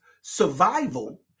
survival